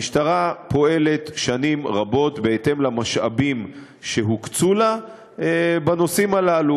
המשטרה פועלת שנים רבות בהתאם למשאבים שהוקצו לה בנושאים הללו.